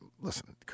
listen